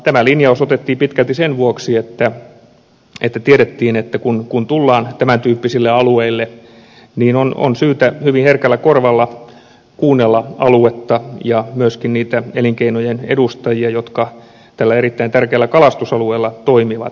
tämä linjaus otettiin pitkälti sen vuoksi että tiedettiin että kun tullaan tämän tyyppisille alueille niin on syytä hyvin herkällä korvalla kuunnella aluetta ja myöskin niitä elinkeinojen edustajia jotka tällä erittäin tärkeällä kalastusalueella toimivat